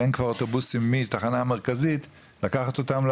ואין כבר אוטובוסים מהתחנה המרכזית לקחת אותם,